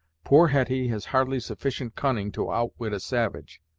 poor hetty has hardly sufficient cunning to outwit a savage.